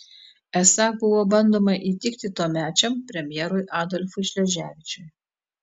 esą buvo bandoma įtikti tuomečiam premjerui adolfui šleževičiui